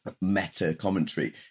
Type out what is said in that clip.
meta-commentary